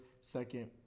second